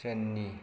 ट्रेननि